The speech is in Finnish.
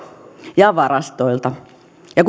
ja varastoilta ja